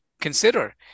consider